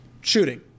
shooting